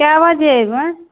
कै बजे अएबै